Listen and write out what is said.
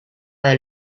del